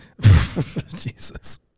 Jesus